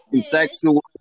sexual